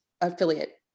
affiliate